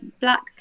black